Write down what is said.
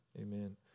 Amen